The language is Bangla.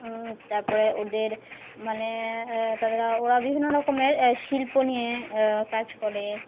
তারপরে ওদের মানে তারপরে ওরা বিভিন্ন রকমের শিল্প নিয়ে কাজ করে